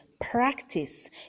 Practice